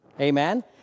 Amen